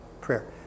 Prayer